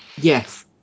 Yes